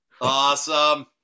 Awesome